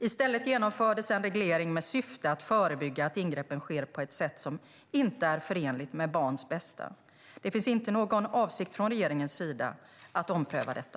I stället genomfördes en reglering med syfte att förebygga att ingreppen sker på ett sätt som inte är förenligt med barns bästa. Det finns inte någon avsikt från regeringens sida att ompröva detta.